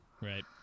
Right